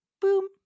boom